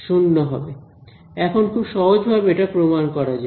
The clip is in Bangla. এখন খুব সহজভাবে এটা প্রমাণ করা যায়